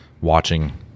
watching